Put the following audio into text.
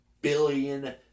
billion